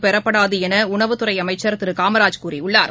பெறப்படாதுஎனஉணவுத்துறைஅமைச்சர் திருகாமராஜ் கூறியுள்ளார்